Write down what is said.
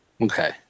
Okay